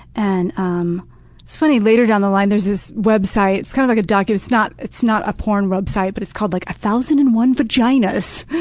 and um it's funny, later down the line there's this website. it's kind of like a docu it's not it's not a porn website, but it's called like one thousand and one vaginas.